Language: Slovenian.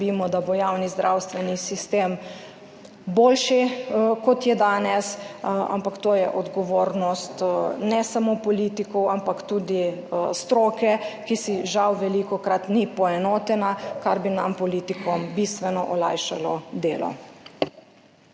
da bo javni zdravstveni sistem boljši, kot je danes, ampak to je odgovornost ne samo politikov, pač pa tudi stroke, ki žal velikokrat ni poenotena, kar bi nam politikom bistveno olajšalo delo.